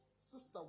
Sister